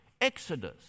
Exodus